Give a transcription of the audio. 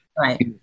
Right